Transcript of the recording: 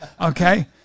okay